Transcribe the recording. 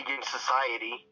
Society